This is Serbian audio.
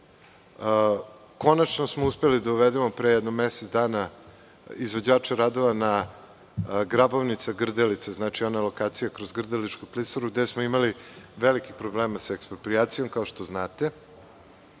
Konačno smo uspeli da uvedemo pre nekih mesec dana izvođače radova na Grabovnica-Grdelica, ona lokacija kroz Grdeličku klisuru, gde smo imali velikih problema sa eksproprijacijom, kao što znate. Imamo